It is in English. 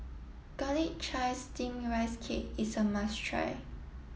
garlic chives steamed rice cake is a must try